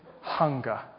hunger